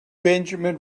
benjamin